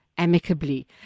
amicably